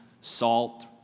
salt